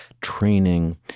training